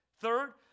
Third